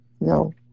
no